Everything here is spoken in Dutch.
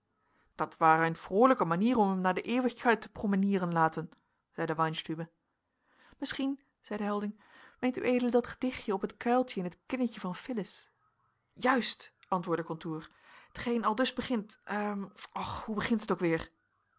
dat waar eine frolijke manier om hum naar de eeuwigkeit te promenieren laten zeide weinstübe misschien zeide helding meent ued dat gedichtje op het kuiltje in het kinnetje van phyllis juist antwoordde contour t geen aldus begint och hoe begint het ook weer